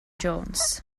jones